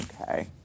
okay